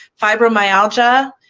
fibromyalgia,